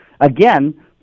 again